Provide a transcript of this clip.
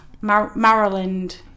Maryland